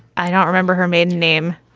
i don't remember her maiden name,